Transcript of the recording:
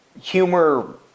humor